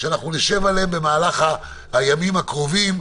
שנשב עליהם במהלך הימים הקרובים,